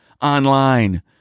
online